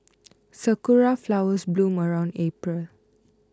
sakura flowers bloom around April